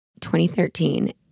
2013